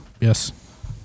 Yes